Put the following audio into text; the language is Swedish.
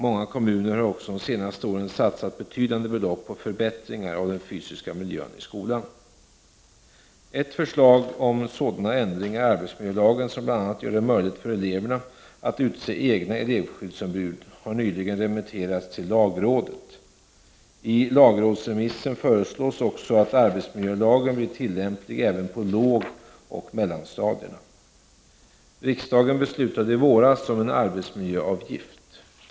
Många kommuner har också de senaste åren satsat betydande belopp på förbättringar av den fysiska miljön i skolan. Ett förslag om sådana ändringar i arbetsmiljölagen som bl.a. gör det möjligt för eleverna att utse egna elevskyddsombud har nyligen remitterats till lagrådet. I lagrådsremissen föreslås också att arbetsmiljölagen blir tillämplig även på lågoch mellanstadierna. Riksdagen beslutade i våras om en arbetsmiljöavgift.